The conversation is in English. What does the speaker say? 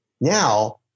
Now